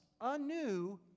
anew